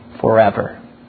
forever